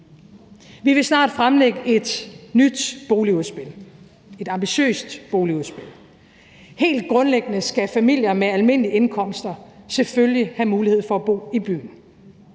Vi vil snart fremlægge et nyt boligudspil, et ambitiøst boligudspil. Helt grundlæggende skal familier med almindelige indkomster selvfølgelig have mulighed for at bo i byen.